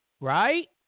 right